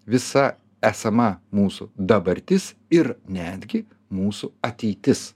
visa esama mūsų dabartis ir netgi mūsų ateitis